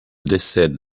décède